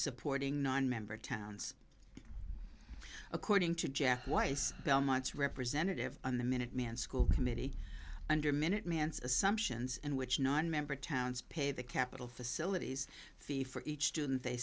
supporting nine member towns according to jeff wise belmont's representative on the minuteman school committee under minute man's assumptions and which nine member towns pay the capital facilities fee for each student they